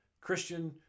Christian